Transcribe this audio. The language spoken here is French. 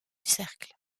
cercle